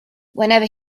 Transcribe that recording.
whenever